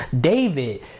David